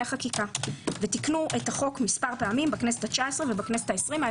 חקיקה ותיקנו את החוק מספר פעמים בכנסות ה-19 וה-20 כדי